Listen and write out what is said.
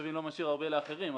לא משאיר הרבה לאחרים.